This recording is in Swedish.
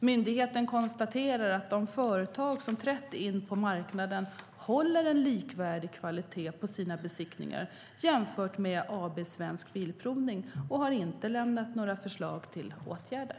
Myndigheten konstaterar att de företag som har trätt in på marknaden håller en likvärdig kvalitet på sina besiktningar jämfört med AB Svensk Bilprovning och har inte lämnat några förslag till åtgärder.